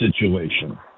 situation